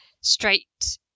straight